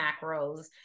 macros